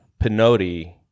Pinotti